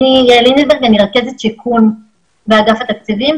אני רכזת שיכון באגף התקציבים,